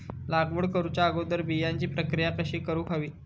लागवड करूच्या अगोदर बिजाची प्रकिया कशी करून हवी?